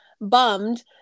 bummed